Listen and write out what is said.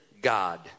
God